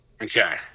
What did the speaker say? Okay